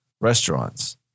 restaurants